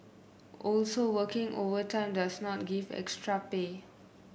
also working overtime does not give extra pay